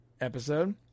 episode